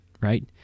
right